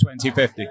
2050